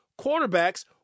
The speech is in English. quarterbacks